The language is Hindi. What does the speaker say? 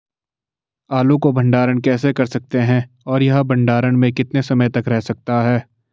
आलू को भंडारण कैसे कर सकते हैं और यह भंडारण में कितने समय तक रह सकता है?